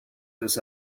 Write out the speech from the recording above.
this